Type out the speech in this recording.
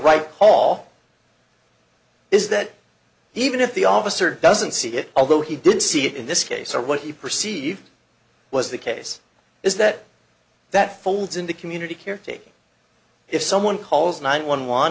right call is that even if the officer doesn't see it although he did see it in this case or what he perceived was the case is that that folds in the community care take if someone calls nine one one